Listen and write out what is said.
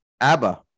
ABBA